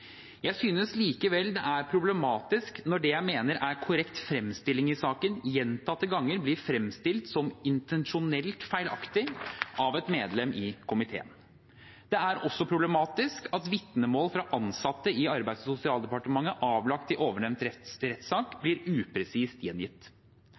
Jeg synes likevel det er problematisk når det jeg mener er korrekt fremstilling i saken, gjentatte ganger blir fremstilt som intensjonelt feilaktig av et medlem i komiteen. Det er også problematisk at vitnemål fra ansatte i Arbeids- og sosialdepartementet avlagt i ovennevnte rettssak